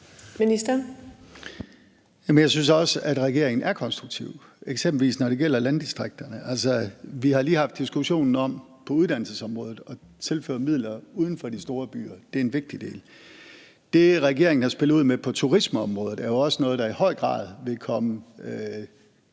Jeg synes også, at regeringen er konstruktive, eksempelvis når det gælder landdistrikterne. Vi har på uddannelsesområdet lige haft diskussionen om at tilføre midler uden for de store byer. Det er en vigtig del. Det, regeringen har spillet ud med på turismeområdet, er jo også noget, der i høj grad vil komme